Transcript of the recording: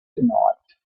tonight